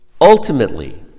Ultimately